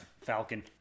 falcon